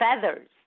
feathers